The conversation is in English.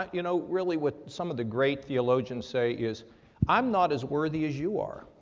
you know, really what some of the great theologians say is i'm not as worthy as you are.